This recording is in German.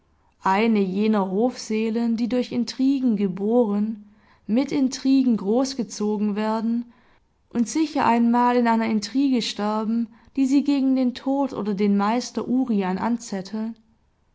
eine jener hofseelen die durch intrigen geboren mit intrigen groß gezogen werden und sicher einmal in einer intrige sterben die sie gegen den tod oder den meister urian